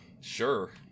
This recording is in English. Sure